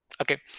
okay